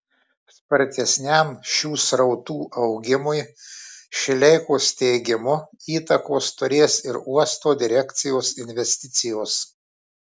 spartesniam šių srautų augimui šileikos teigimu įtakos turės ir uosto direkcijos investicijos